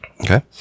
Okay